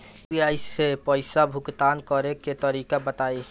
UPI से पईसा भुगतान करे के तरीका बताई?